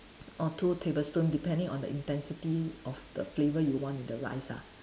or two tablespoon depending on the intensity of the flavor you want in the rice ah